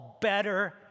Better